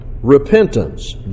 repentance